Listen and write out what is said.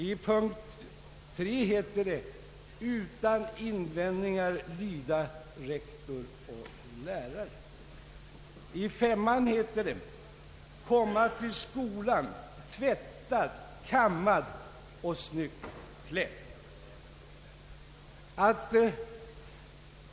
I punkt 3 heter det att elev utan invändningar skall lyda rektor och lärare, och i punkt 5 att elev skall komma till skolan tvättad, kammad och snyggt klädd.